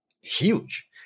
huge